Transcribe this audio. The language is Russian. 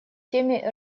теме